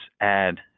add